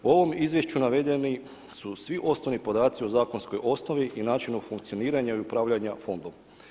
U ovom izvješću navedeni su svi osnovni podaci o zakonskoj osnovi i načinu funkcioniranja i upravljanja fondom.